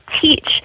teach